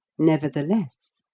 nevertheless,